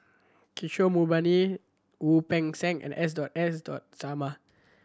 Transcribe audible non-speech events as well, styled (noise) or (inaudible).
Kishore Mahbubani Wu Peng Seng and S (unintelligible) S (unintelligible) Sarma